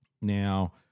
Now